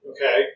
Okay